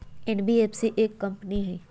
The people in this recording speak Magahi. एन.बी.एफ.सी एक कंपनी हई?